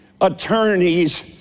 attorneys